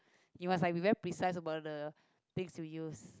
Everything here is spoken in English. you must be like very precise about the things you use